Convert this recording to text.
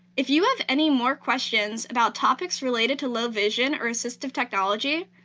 if you have any more questions about topics related to low vision or assistive technology,